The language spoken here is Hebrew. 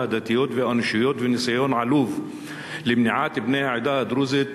הדתיות והאנושיות וניסיון עלוב למניעת בני העדה הדרוזית